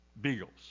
Beagles